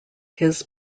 his